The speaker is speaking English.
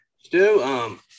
Stu